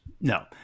No